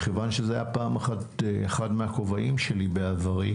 כיוון שזה היה פעם אחד מהכובעים שלי בעברי,